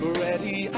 ready